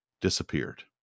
disappeared